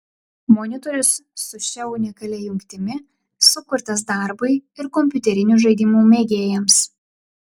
monitorius su šia unikalia jungtimi sukurtas darbui ir kompiuterinių žaidimų mėgėjams